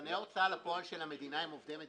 קבלני ההוצאה לפועל של המדינה הם עובדי מדינה?